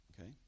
okay